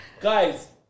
guys